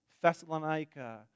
Thessalonica